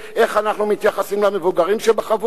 איך אנחנו מתייחסים למבוגרים בחבורה?